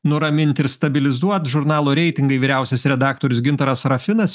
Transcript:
nuramint ir stabilizuot žurnalo reitingai vyriausias redaktorius gintaras rafinas